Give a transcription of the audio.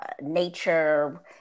nature